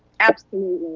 absolutely.